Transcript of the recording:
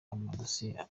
amadosiye